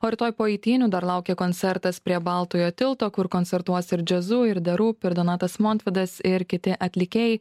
o rytoj po eitynių dar laukia koncertas prie baltojo tilto kur koncertuos ir džiazu ir de rūp ir donatas montvydas ir kiti atlikėjai